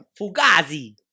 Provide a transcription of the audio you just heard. fugazi